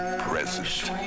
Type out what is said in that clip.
present